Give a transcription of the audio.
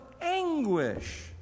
anguish